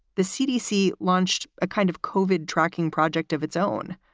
the cdc launched a kind of kovik tracking project of its own,